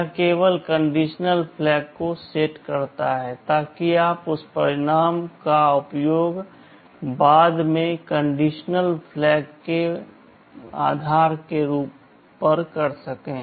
यह केवल condition flag को सेट करता है ताकि आप उस परिणाम का उपयोग बाद में कंडीशन फ्लैग के आधार पर कर सकें